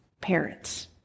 parents